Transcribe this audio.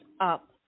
up